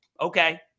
okay